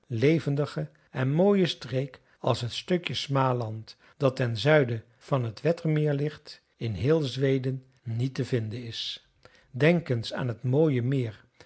levendige en mooie streek als t stukje van smaland dat ten zuiden van t wettermeer ligt in heel zweden niet te vinden is denk eens aan t mooie meer